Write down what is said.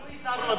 אנחנו הזהרנו,